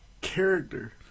character